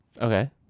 Okay